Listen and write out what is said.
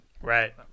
Right